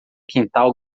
quintal